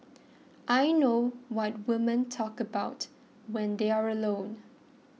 I know what women talk about when they're alone